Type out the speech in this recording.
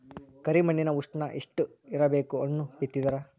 ಕರಿ ಮಣ್ಣಿನ ಉಷ್ಣ ಎಷ್ಟ ಇರಬೇಕು ಹಣ್ಣು ಬಿತ್ತಿದರ?